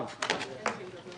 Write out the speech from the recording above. אדוני החשב הכללי,